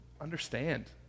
understand